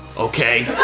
okay?